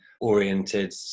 oriented